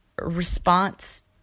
response